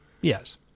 Yes